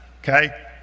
okay